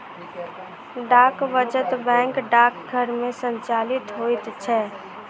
डाक वचत बैंक डाकघर मे संचालित होइत छै